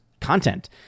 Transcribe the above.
content